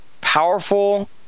powerful